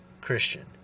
Christian